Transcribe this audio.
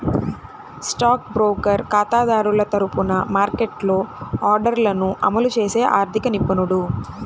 stock broker ఖాతాదారుల తరపున మార్కెట్లో ఆర్డర్లను అమలు చేసే ఆర్థిక నిపుణుడు